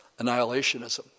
annihilationism